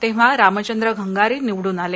तेव्हा रामचंद्र घंगारे निवडून आले